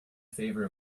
favor